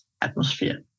atmosphere